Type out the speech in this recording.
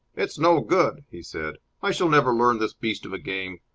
it's no good, he said. i shall never learn this beast of a game.